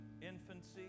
infancy